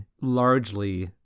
largely